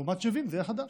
לעומת 70% זה חדש.